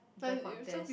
the contest